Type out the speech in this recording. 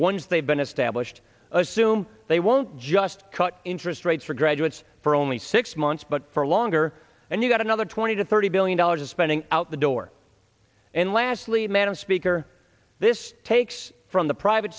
established assume they won't just cut interest rates for graduates for only six months but for longer and you've got another twenty to thirty billion dollars of spending out the door and lastly madam speaker this takes from the private